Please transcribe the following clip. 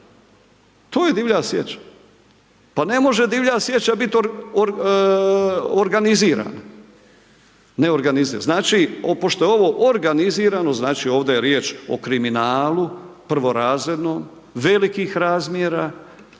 to je divlja sječa. Pa ne može divlja sjeća bit organizirana, neorganizirana, znači pošto je ovo organizirano znači ovdje je riječ o kriminalu prvorazrednom, velikih razmjera